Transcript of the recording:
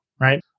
right